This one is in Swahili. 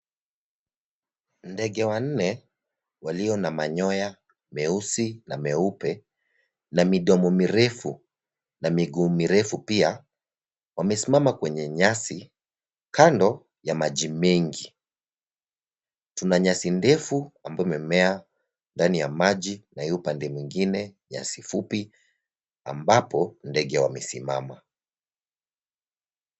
Ndege wanne walio na manyoa meusi na meupe na midomo mirefu na miguu mirefu pia, wamesimama kwenye nyasi kando ya maji mengi. Tuna nyasi ndefu ambayo imemea ndani ya maji na huu upande mwingine nyasi fupi ambapo ndege wamesimama.